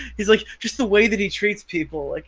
he's like, just the way that he treats people, like